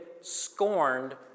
scorned